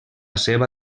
seva